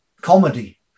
comedy